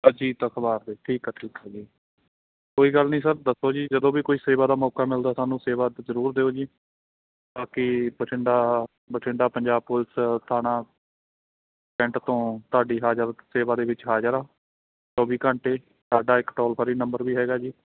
ਅਜੀਤ ਅਖਬਾਰ ਦੇ ਠੀਕ ਆ ਠੀਕ ਆ ਜੀ ਕੋਈ ਗੱਲ ਨਹੀਂ ਸਰ ਦੱਸੋ ਜੀ ਜਦੋਂ ਵੀ ਕੋਈ ਸੇਵਾ ਦਾ ਮੌਕਾ ਮਿਲਦਾ ਸਾਨੂੰ ਸੇਵਾ ਦ ਜ਼ਰੂਰ ਦਿਓ ਜੀ ਬਾਕੀ ਬਠਿੰਡਾ ਬਠਿੰਡਾ ਪੰਜਾਬ ਪੁਲਿਸ ਥਾਣਾ ਕੈਂਟ ਤੋਂ ਤੁਹਾਡੀ ਹਾਜ਼ਰ ਸੇਵਾ ਦੇ ਵਿੱਚ ਹਾਜ਼ਰ ਆ ਚੌਵੀ ਘੰਟੇ ਸਾਡਾ ਇੱਕ ਟੋਲ ਫਰੀ ਨੰਬਰ ਵੀ ਹੈਗਾ ਜੀ